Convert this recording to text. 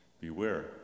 Beware